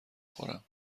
خورم